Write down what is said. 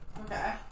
Okay